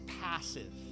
passive